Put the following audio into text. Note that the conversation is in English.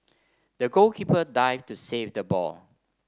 the goalkeeper dived to save the ball